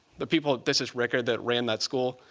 the people, this is ricker that ran that school.